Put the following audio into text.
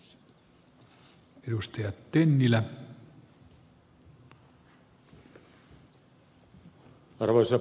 arvoisa puhemies